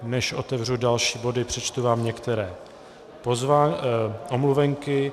Než otevřu další body, přečtu vám některé omluvenky.